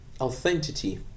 authenticity